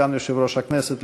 סגן יושב-ראש הכנסת,